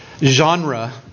genre